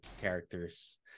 characters